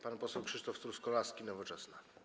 Pan poseł Krzysztof Truskolaski, Nowoczesna.